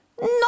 No